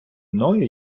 мною